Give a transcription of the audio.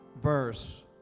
verse